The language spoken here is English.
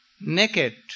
naked